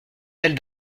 elle